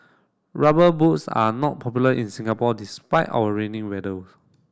rubber boots are not popular in Singapore despite our rainy weather